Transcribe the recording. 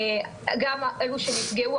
גם אלו שנפגעו,